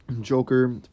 Joker